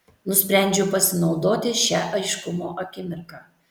nusprendžiu pasinaudoti šia aiškumo akimirka